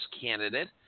candidate